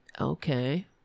Okay